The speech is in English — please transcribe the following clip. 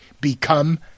become